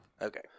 Okay